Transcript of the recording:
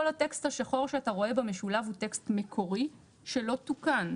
כל הטקסט השחור שאתה רואה במשולב הוא טקסט מקורי שלא תוקן,